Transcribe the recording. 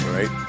Right